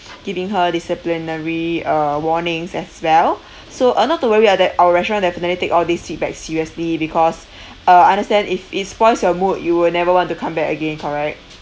giving her disciplinary uh warnings as well so uh not to worry uh that our restaurant definitely take all these feedbacks seriously because uh understand if it spoils your mood you will never want to come back again correct